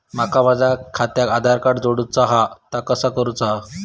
माका माझा खात्याक आधार कार्ड जोडूचा हा ता कसा करुचा हा?